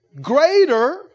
Greater